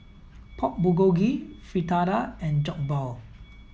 Pork Bulgogi Fritada and Jokbal